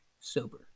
sober